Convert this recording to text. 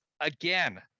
again